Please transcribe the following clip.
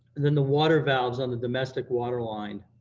and then the water valves on the domestic water line